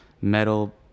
Metal